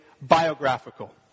biographical